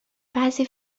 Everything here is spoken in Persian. بعضی